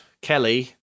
Kelly